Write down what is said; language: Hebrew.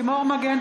לימור מגן